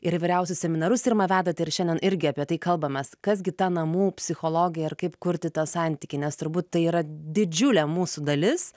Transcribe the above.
ir įvairiausius seminarus irma vedate ir šiandien irgi apie tai kalbamės kas gi ta namų psichologija ir kaip kurti tą santykį nes turbūt tai yra didžiulė mūsų dalis